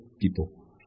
people